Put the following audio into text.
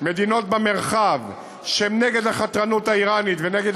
ומדינות במרחב שהן נגד החתרנות האיראנית ונגד